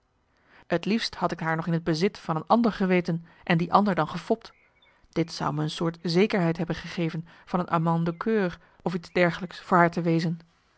t liefst had ik haar nog in het bezit van een ander geweten en die ander dan gefopt dit zou me een soort zekerheid hebben gegeven van een amant de coeur of iets dergelijks voor haar te wezen